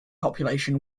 population